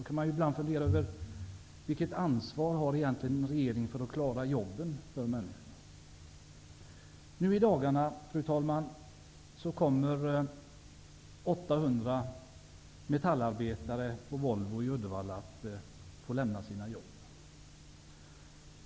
Man kan fundera över vilket ansvar regeringen egentligen har för att klara jobben för människor. Fru talman! I dagarna kommer 800 metallarbetare på Volvo i Uddevalla att få lämna sina jobb.